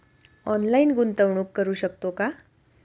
Online गुंतवणूक करू शकतो का?